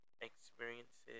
experiences